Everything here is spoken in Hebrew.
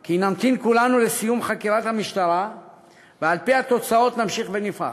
כי נמתין כולנו לסיום חקירת המשטרה ועל-פי התוצאות נמשיך ונפעל,